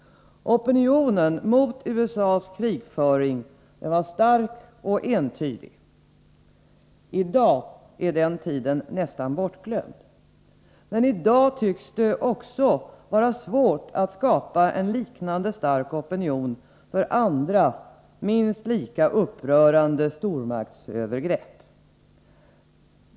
Opinionen mot USA:s krigföring var stark och entydig. I dag är den tiden nästan bortglömd. Men i dag tycks det också vara svårt att skapa en liknande stark opinion för andra, minst lika upprörande stormaktsövergrepp.